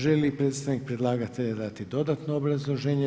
Želi li predstavnik predlagatelja dati dodatno obrazloženje?